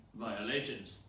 violations